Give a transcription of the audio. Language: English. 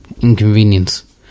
inconvenience